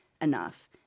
enough